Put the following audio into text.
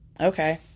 okay